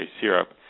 syrup